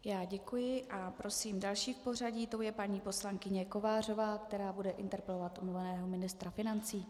Já děkuji a prosím další v pořadí a tou je paní poslankyně Kovářová, která bude interpelovat omluveného ministra financí.